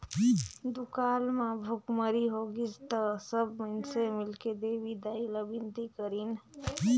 दुकाल म भुखमरी होगिस त सब माइनसे मिलके देवी दाई ला बिनती करिन